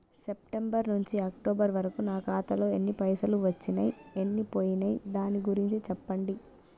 September నుంచి October వరకు నా ఖాతాలో ఎన్ని పైసలు వచ్చినయ్ ఎన్ని పోయినయ్ దాని గురించి చెప్పండి?